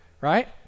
right